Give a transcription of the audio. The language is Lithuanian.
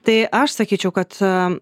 tai aš sakyčiau kad